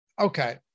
okay